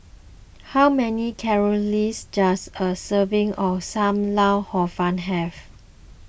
how many calories does a serving of Sam Lau Hor Fun have